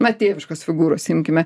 va tėviškos figūros imkime